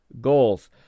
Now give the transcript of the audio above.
goals